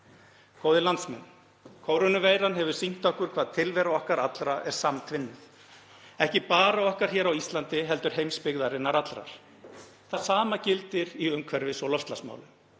Góðir landsmenn. Kórónuveiran hefur sýnt okkur hvað tilvera okkar allra er samtvinnuð, ekki bara okkar á Íslandi heldur heimsbyggðarinnar allrar. Það sama gildir í umhverfis- og loftslagsmálum